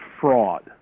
fraud